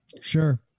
Sure